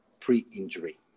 pre-injury